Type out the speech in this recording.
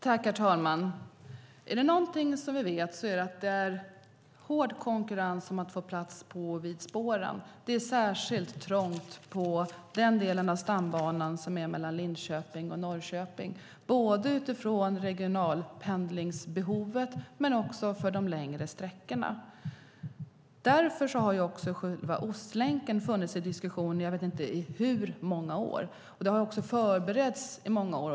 Herr talman! Är det någonting vi vet är det att det är hård konkurrens om att få plats på och vid spåren. Det är särskilt trångt på den del av stambanan som är mellan Linköping och Norrköping, både vad gäller regionalpendlingsbehovet och vad gäller de längre sträckorna. Därför har Ostlänken funnits i diskussionen i jag vet inte hur många år, och den har förberetts i många år.